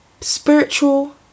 spiritual